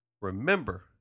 Remember